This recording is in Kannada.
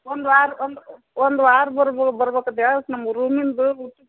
ಒಂದು ವಾರ ಒಂದು ಒಂದು ವಾರ ಬರ್ಬ ಬರ್ಬಕು ಅಂತ್ಹೇಳಿ ನಮ್ದು ರೂಮಿಂದ ಊಟದ್ದು